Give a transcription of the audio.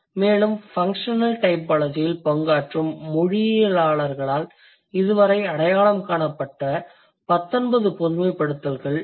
மேலும் ஃபன்க்ஷனல் டைபாலஜியில் பங்காற்றும் மொழியியலாளர்களால் இதுவரை அடையாளம் காணப்பட்ட 19 பொதுமைப்படுத்தல்கள் இவை